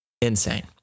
Insane